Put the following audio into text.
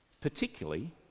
particularly